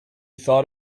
thought